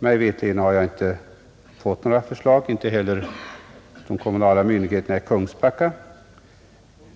Mig veterligt har jag inte fått några förslag, inte heller de kommunala myndigheterna i Kungsbacka,